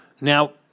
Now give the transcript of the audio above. Now